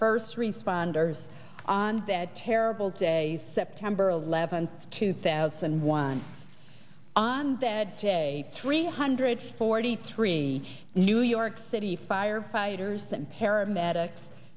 first responders on that terrible day september eleventh two thousand and one on that day three hundred forty three new york city firefighters and paramedics